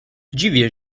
dziwię